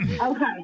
Okay